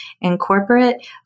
Incorporate